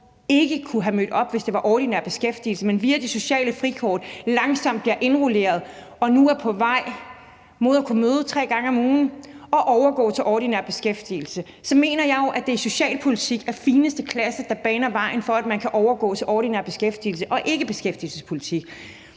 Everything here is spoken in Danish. ikke kunne have mødt op, hvis det var ordinær beskæftigelse, men hvor hun via det sociale frikort langsomt bliver indrulleret og nu er på vej til at kunne møde tre gange om ugen og overgå til ordinær beskæftigelse, så mener jeg jo, det er socialpolitik af fineste klasse, som baner vejen for, at man kan overgå til ordinær beskæftigelse, og ikke beskæftigelsespolitik.